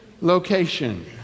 location